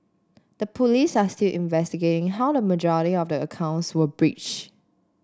the police are still investigating how the majority of the accounts were breach